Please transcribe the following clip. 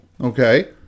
okay